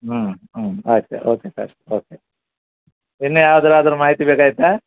ಹ್ಞೂ ಹ್ಞೂ ಆಯ್ತು ಸರ್ ಓಕೆ ಸರ್ ಓಕೆ ಇನ್ನೂ ಯಾವ್ದಾದ್ರು ಮಾಹಿತಿ ಬೇಕಾಗಿತ್ತಾ